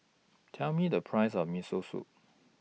Tell Me The Price of Miso Soup